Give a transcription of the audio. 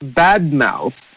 badmouth